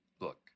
Look